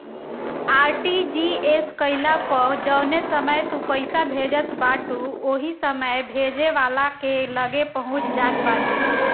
RTGS कईला पअ जवने समय तू पईसा भेजत बाटअ उ ओही समय भेजे वाला के लगे पहुंच जात बाटे